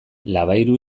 labayru